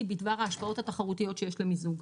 בדבר ההשפעות התחרותיות שיש למיזוג.